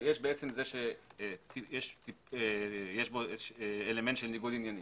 יש בו אלמנט של ניגוד עניינים.